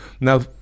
Now